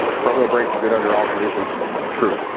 front wheel brakes are good under all conditions true.